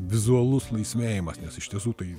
vizualus laisvėjimas nes iš tiesų tai